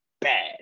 bad